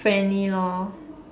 friendly lor